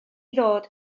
ddod